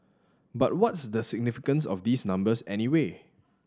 but what's the significance of these numbers anyway